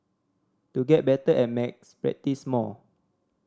to get better at maths practise more